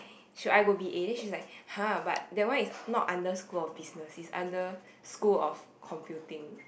should I go b_a then she's like !huh! but that one is not under school of business it's under school of computing